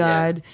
God